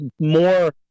more